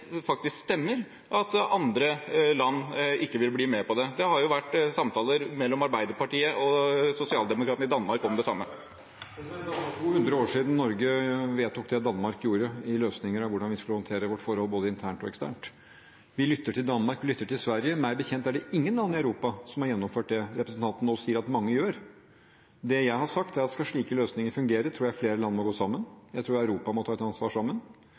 stemmer at andre land ikke vil bli med på det? Det har jo vært samtaler mellom Arbeiderpartiet og sosialdemokratene i Danmark om det samme. Det er over 200 år siden Norge vedtok det Danmark gjorde, når det gjelder løsninger om hvordan vi skulle håndtere vårt forhold både internt og eksternt. Vi lytter til Danmark, og vi lytter til Sverige. Meg bekjent er det ingen land i Europa som har gjennomført det representanten nå sier at mange gjør. Det jeg har sagt, er at skal slike løsninger fungere, tror jeg at flere land må gå sammen, jeg tror Europa må ta et ansvar sammen,